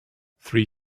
three